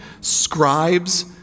scribes